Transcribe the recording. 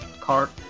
cart